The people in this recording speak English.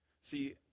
See